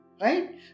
Right